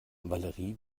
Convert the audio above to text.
valerie